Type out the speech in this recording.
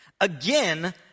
Again